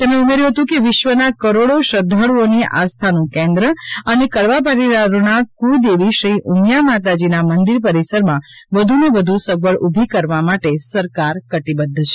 તેમણે ઉમેર્યું હતું કે વિશ્વના કરોડો શ્રદ્ધાળુઓની આસ્થાનું કેન્દ્ર અને કડવા પાટીદારોના કુળદેવી શ્રી ઉમિયા માતાજીના મંદિર પરિસરમાં વધુને વધુ સગવડ ઊભી કરવા માટે સરકાર કટિબધ્ધ છે